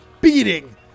beating